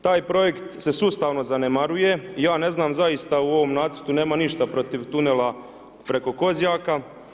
Taj projekt se sustavno zanemaruje i ja ne znam zaista u ovom nacrtu nema ništa protiv tunela preko Kozjaka.